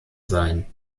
sein